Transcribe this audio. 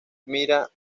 mira